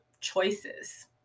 choices